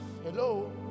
hello